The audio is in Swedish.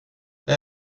det